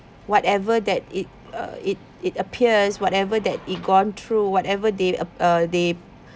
whatever that it uh it it appears whatever that it gone through whatever they uh uh they